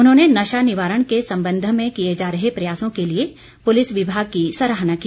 उन्होंने नशा निवारण के संबंध मे ंकिये जा रहे प्रयासों के लिए पुलिस विभाग की सराहना की